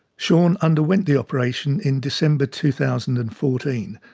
shaun underwent the operation in december two thousand and fourteen.